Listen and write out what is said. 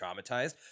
traumatized